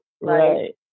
right